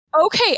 Okay